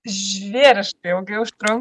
žvėryškai ilgai užtrun